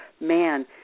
man